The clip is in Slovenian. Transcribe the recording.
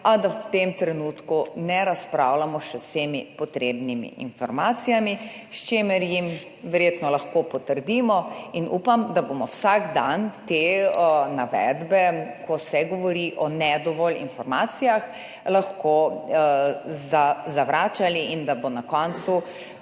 a da v tem trenutku še ne razpolagamo z vsemi potrebnimi informacijami, pri čemer jim verjetno lahko pritrdimo, in upam, da bomo vsak dan te navedbe, ko se govori o ne dovolj informacijah, lahko zavračali in da bo na koncu